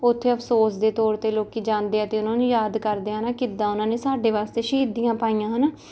ਉੱਥੇ ਅਫਸੋਸ ਦੇ ਤੌਰ 'ਤੇ ਲੋਕ ਜਾਂਦੇ ਆ ਅਤੇ ਉਨ੍ਹਾਂ ਨੂੰ ਯਾਦ ਕਰਦੇ ਆ ਕਿੱਦਾਂ ਉਹਨਾਂ ਨੇ ਸਾਡੇ ਵਾਸਤੇ ਸ਼ਹੀਦੀਆਂ ਪਾਈਆਂ ਹੈ ਨਾ